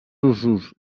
usos